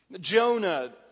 Jonah